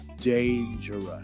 dangerous